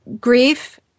grief